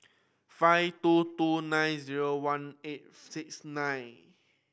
five two two nine zero one eight six nine